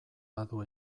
badu